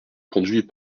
conduits